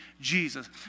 Jesus